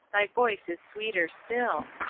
thy voice is sweeter still,